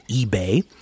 eBay